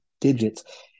digits